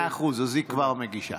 מאה אחוז, אז היא כבר מגישה.